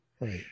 right